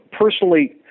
personally